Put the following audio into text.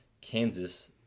Kansas